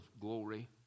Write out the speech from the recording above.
glory